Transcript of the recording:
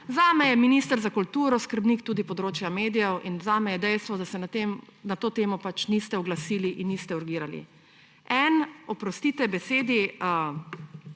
Zame je minister za kulturo skrbnik tudi področja medijev in zame je dejstvo, da se na to temo niste oglasili in niste urgirali. En, oprostite besedi,